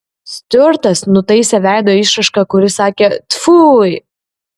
stiuartas nutaisė veido išraišką kuri sakė tfui